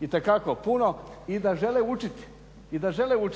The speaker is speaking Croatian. itekako puno i da žele učiti. Ja osobno